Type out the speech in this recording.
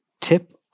tip